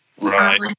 Right